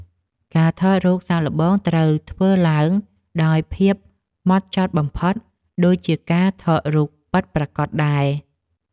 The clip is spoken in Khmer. ការថតរូបសាកល្បងត្រូវធ្វើឡើងដោយភាពហ្មត់ចត់បំផុត ដូចជាការថតរូបពិតប្រាកដដែរ។